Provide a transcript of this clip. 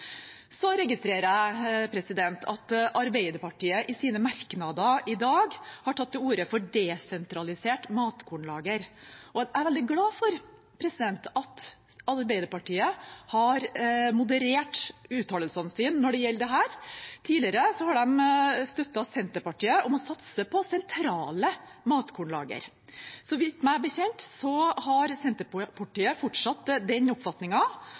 Jeg registrerer at Arbeiderpartiet i sine merknader i dag har tatt til orde for desentralisert matkornlager. Jeg er veldig glad for at Arbeiderpartiet har moderert uttalelsene sine når det gjelder dette. Tidligere har de støttet Senterpartiet i å satse på sentrale matkornlager. Meg bekjent har Senterpartiet fortsatt den